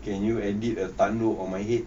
can you edit a tanduk on my head